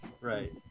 Right